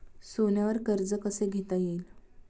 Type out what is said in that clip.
सोन्यावर कर्ज कसे घेता येईल?